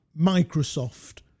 Microsoft